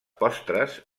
postres